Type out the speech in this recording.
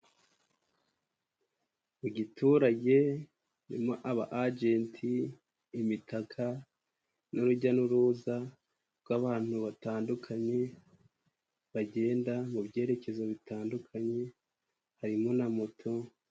Mu giturage harimo aba agenti, imitaka n'urujya n'uruza rw'abantu batandukanye bagenda mu byerekezo bitandukanye harimo na moto.